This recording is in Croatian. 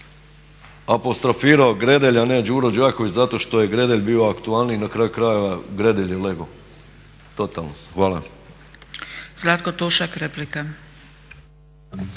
apostrofirao Gredelj, a ne Đuro Đaković, zato što je Gredelj bio aktualniji, na kraju krajeva Gredelj je legao totalno. Hvala. **Zgrebec, Dragica